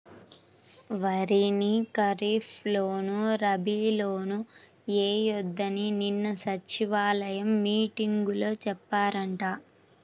వరిని ఖరీప్ లోను, రబీ లోనూ ఎయ్యొద్దని నిన్న సచివాలయం మీటింగులో చెప్పారంట